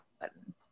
button